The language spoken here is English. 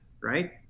Right